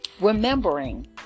remembering